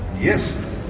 Yes